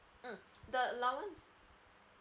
mm the allowance